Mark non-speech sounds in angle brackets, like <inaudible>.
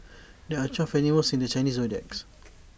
<noise> there are twelve animals in the Chinese zodiacs <noise>